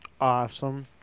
Awesome